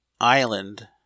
Island